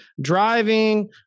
driving